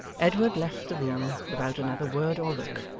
edward left the room without another word or look,